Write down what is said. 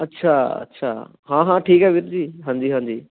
ਅੱਛਾ ਅੱਛਾ ਹਾਂ ਹਾਂ ਠੀਕ ਹੈ ਵੀਰ ਜੀ ਹਾਂਜੀ ਹਾਂਜੀ